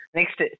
Next